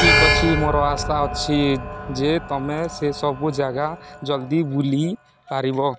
ଠିକ୍ ଅଛି ମୋର ଆଶା ଅଛି ଯେ ତୁମେ ସେ ସବୁ ଜାଗା ଜଲ୍ଦି ବୁଲିପାରିବ